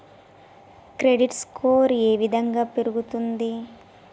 Credit score ఏ విధంగా పెరుగుతుంది?